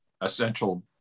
essential